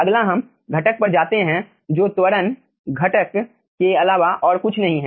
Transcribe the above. अगला हम घटक पर आते हैं जो त्वरण घटक के अलावा और कुछ नहीं है